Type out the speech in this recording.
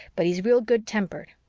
but he's real good-tempered.